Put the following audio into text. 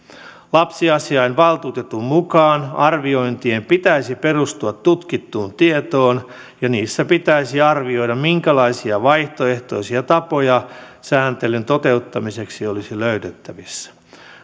lapsiasiavaltuutetun mukaan arviointien pitäisi perustua tutkittuun tietoon ja niissä pitäisi arvioida minkälaisia vaihtoehtoisia tapoja sääntelyn toteuttamiseksi olisi löydettävissä